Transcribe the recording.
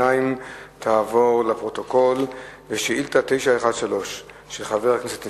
גנאים שאל את שר התחבורה והבטיחות בדרכים ביום כ"ו בשבט